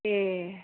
ए